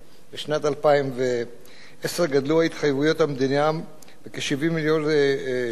לשנת 2010 גדלו התחייבויות המדינה בכ-70 מיליארד ש"ח,